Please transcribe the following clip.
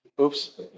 Oops